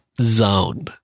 zone